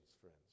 friends